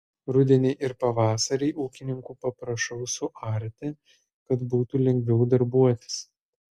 rudenį ir pavasarį ūkininkų paprašau suarti kad būtų lengviau darbuotis